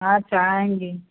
अच्छा आएँगे